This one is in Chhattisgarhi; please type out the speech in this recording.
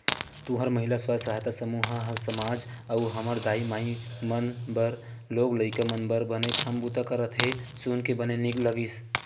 तुंहर महिला स्व सहायता समूह ह समाज अउ हमर दाई माई मन बर लोग लइका मन बर बने काम बूता करत हे सुन के बने नीक लगिस